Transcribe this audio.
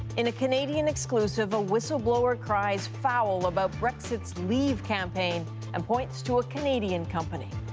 in a canadian exclusive a whistleblower cries foul about brexit's leave campaign and points to a canadian company.